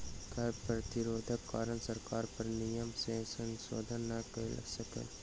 कर प्रतिरोधक कारणेँ सरकार कर नियम में संशोधन नै कय सकल